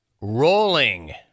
Rolling